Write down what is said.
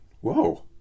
whoa